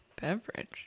beverage